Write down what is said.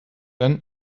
then